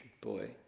boy